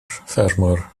ffermwr